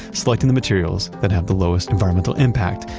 selecting the materials that have the lowest environmental impact,